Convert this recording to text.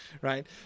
right